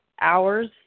hours